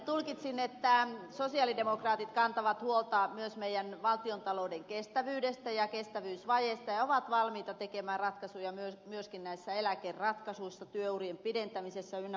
tulkitsinettään sosialidemokraatit kantavat huolta myös meidän valtiontalouden kestävyydestä ja kestävyysvajeesta ja ovat valmiita tekemään ratkaisuja myöskin näissä eläkeasioissa työurien pidentämisessä ynnä muuta